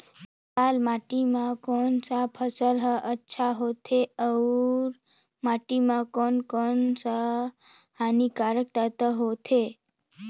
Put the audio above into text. लाल माटी मां कोन सा फसल ह अच्छा होथे अउर माटी म कोन कोन स हानिकारक तत्व होथे?